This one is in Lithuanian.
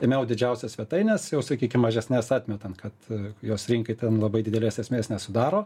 ėmiau didžiausias svetaines jau sakykim mažesnes atmetant kad jos rinkai ten labai didelės esmės nesudaro